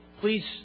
please